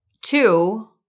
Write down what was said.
Two